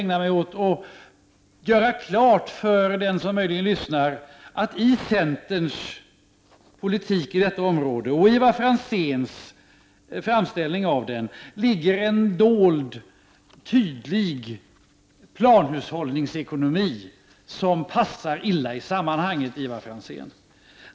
Låt mig klargöra för dem som möjligen lyssnar på mig, att det i centerns politik och i Ivar Franzéns framställning av den ligger en dold men ändå tydlig planhushållningsekonomi, som passar illa in i sammahanget.